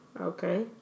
okay